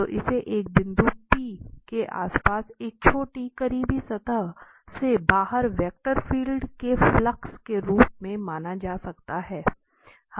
तो इसे एक बिंदु P पी के आसपास एक छोटी करीबी सतह से बाहर वेक्टर फील्ड के फ्लक्स के रूप में माना जा सकता है